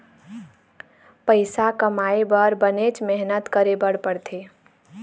पइसा कमाए बर बनेच मेहनत करे बर पड़थे